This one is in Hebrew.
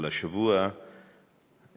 אבל השבוע גורשת,